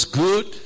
good